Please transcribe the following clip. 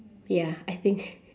ya I think